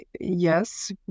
Yes